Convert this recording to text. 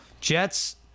jets